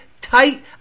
tight